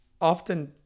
often